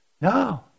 No